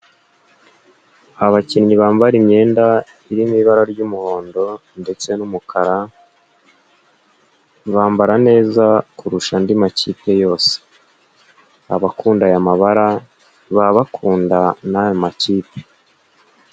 Abakinnyi bambara imyenda iri mu ibara ry'umuhondo ndetse n'umukara bambara neza kurusha andi makipe yose, abakunda aya mabara baba bakunda n'aya makipe.